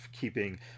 keeping